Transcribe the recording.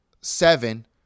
seven